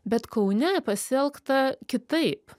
bet kaune pasielgta kitaip